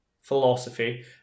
philosophy